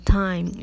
time